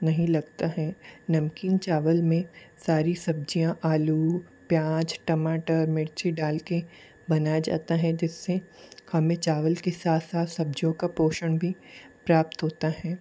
नहीं लगता है नमकीन चावल में सारी सब्जियाँ आलू प्याज टमाटर मिर्ची डाल कर बनाया जाता है जिससे हमें चावल के साथ साथ सब्जियों का पोषण भी प्राप्त होता है